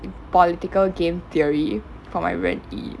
political game theory for my 任意